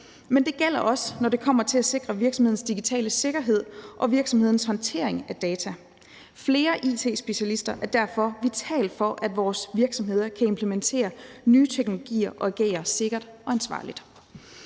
men det gælder også, når det kommer til at sikre virksomhedernes digitale sikkerhed og virksomhedernes håndtering af data. Flere it-specialister er derfor vitalt for, at vores virksomheder kan implementere nye teknologier og agere sikkert og ansvarligt.